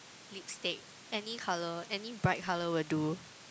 lipstick any colour any bright colour will do